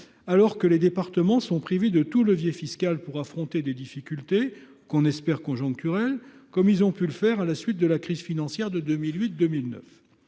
alors que les départements sont privés de tout levier fiscal pour affronter des difficultés que l'on espère conjoncturelles, comme ils ont pu le faire à la suite de la crise financière de 2008-2009.